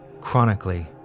chronically